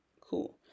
cool